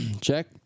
Check